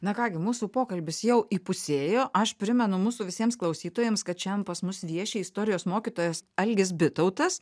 na ką gi mūsų pokalbis jau įpusėjo aš primenu mūsų visiems klausytojams kad šian pas mus vieši istorijos mokytojas algis bitautas